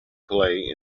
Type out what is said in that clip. play